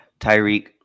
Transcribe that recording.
Tyreek